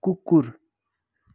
कुकुर